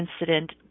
incident